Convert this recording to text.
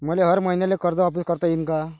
मले हर मईन्याले कर्ज वापिस करता येईन का?